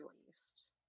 Released